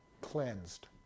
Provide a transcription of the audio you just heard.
cleansed